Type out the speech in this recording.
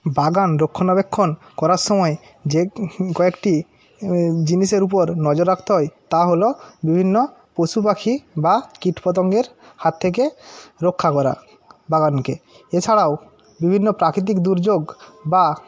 বাগান রক্ষণাবেক্ষণ করার সময় যে কয়েকটি জিনিসের ওপর নজর রাখতে হয় তা হল বিভিন্ন পশুপাখি বা কীটপতঙ্গের হাত থেকে রক্ষা করা বাগানকে এছাড়াও বিভিন্ন প্রাকৃতিক দুর্যোগ বা